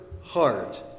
heart